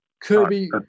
Kirby